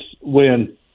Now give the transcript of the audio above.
win